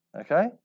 Okay